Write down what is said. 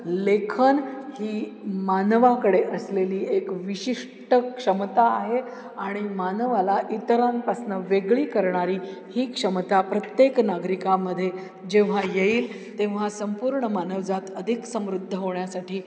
लेखन ही मानवाकडे असलेली एक विशिष्ट क्षमता आहे आणि मानवाला इतरांपासनं वेगळी करणारी ही क्षमता प्रत्येक नागरिकामध्ये जेव्हा येईल तेव्हा संपूर्ण मानवजात अधिक समृद्ध होण्यासाठी